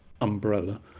umbrella